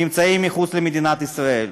נמצאים מחוץ למדינת ישראל.